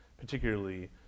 particularly